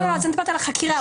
אני מדברת על החקירה.